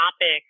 topic